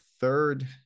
third